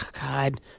God